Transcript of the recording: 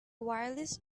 wireless